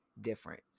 difference